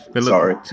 Sorry